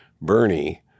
Bernie